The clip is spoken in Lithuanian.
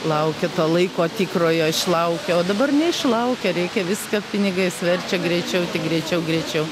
laukia to laiko tikrojo išlaukia o dabar neišlaukia reikia viską pinigais verčia greičiau greičiau greičiau